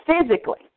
physically